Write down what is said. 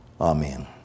Amen